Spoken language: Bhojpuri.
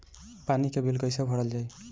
पानी के बिल कैसे भरल जाइ?